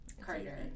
Carter